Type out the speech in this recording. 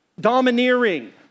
domineering